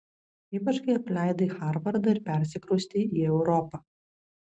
ypač kai apleidai harvardą ir persikraustei į europą